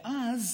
ואז,